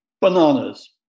bananas